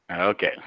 Okay